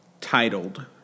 titled